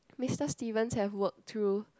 Mr Stevens have work through